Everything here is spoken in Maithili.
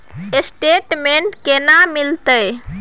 स्टेटमेंट केना मिलते?